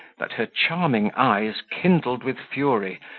that her charming eyes kindled with fury,